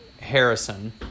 Harrison